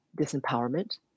disempowerment